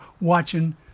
watching